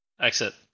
exit